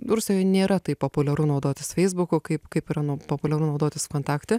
rusijoj nėra taip populiaru naudotis feisbuku kaip kaip yra nu populiaru naudotis kontaktie